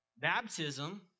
Baptism